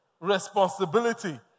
responsibility